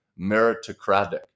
meritocratic